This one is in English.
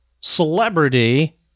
celebrity